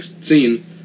scene